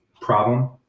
problem